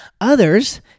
others